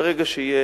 ברגע שיהיה